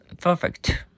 perfect